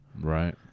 Right